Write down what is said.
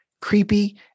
creepy